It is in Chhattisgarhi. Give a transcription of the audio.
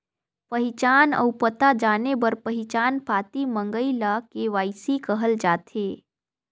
पहिचान अउ पता जाने बर पहिचान पाती मंगई ल के.वाई.सी कहल जाथे